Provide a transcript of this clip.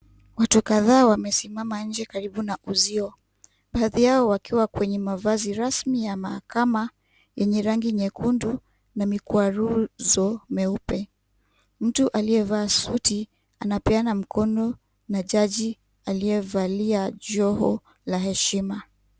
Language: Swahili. Watu kadhaa wamesimama karibu na uzio wakiwa kwenye mavazi rasmi ya mahakama yenye rangi nyekundu na mikwaruzo meupe, mtu aliyevaa suti anapeana mkono kwa jaji aliyevalia joho la heshima.